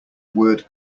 word